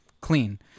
clean